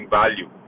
value